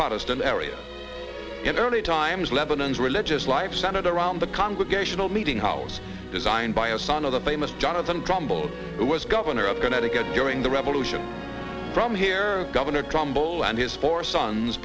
protestant area in early times lebanon's religious life centered around the congregational meeting house designed by a son of the famous jonathan crumbles who was governor of connecticut during the revolution from here governor crumble and his four sons